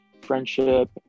friendship